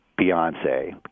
Beyonce